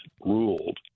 ruled